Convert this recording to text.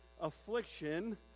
affliction